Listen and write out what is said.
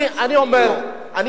ואני אומר שאני לא.